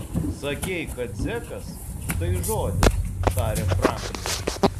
sakei kad zekas tai žodis tarė franklinas